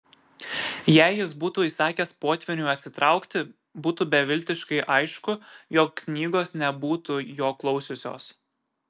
jei jis būtų įsakęs potvyniui atsitraukti būtų beviltiškai aišku jog knygos nebūtų jo klausiusios